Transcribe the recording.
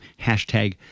hashtag